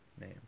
name